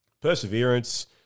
Perseverance